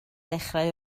dechrau